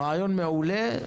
רעיון מעולה.